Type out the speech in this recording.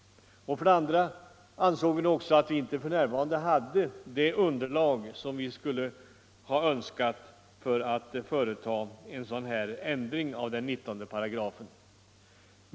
För det andra anser vi inte att vi för närvarande har det underlag som skulle ha varit erforderligt för att företa en ändring av 19 §.